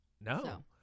no